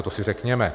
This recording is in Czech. To si řekněme.